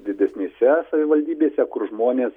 didesnėse savivaldybėse kur žmonės